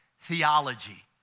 theology